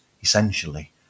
essentially